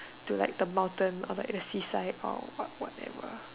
to like the mountain the seaside or what whatever